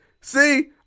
See